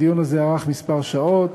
הדיון הזה ארך כמה שעות.